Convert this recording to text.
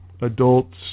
adults